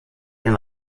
den